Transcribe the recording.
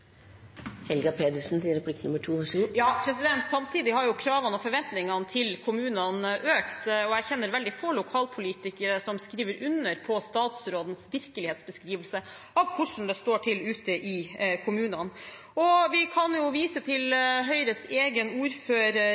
Helga Pedersen og hennes parti satt i regjering. Samtidig har kravene og forventningene til kommunene økt, og jeg kjenner veldig få lokalpolitikere som skriver under på statsrådens virkelighetsbeskrivelse av hvordan det står til ute i kommunene. Vi kan vise til Høyres egen ordfører